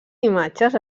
imatges